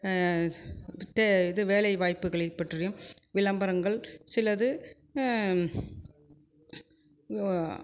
த இது வேலை வாய்ப்புகளை பற்றியும் விளம்பரங்கள் சிலது